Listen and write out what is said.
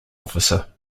officer